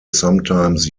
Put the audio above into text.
sometimes